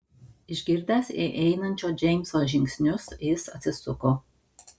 išgirdęs įeinančio džeimso žingsnius jis atsisuko